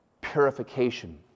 purification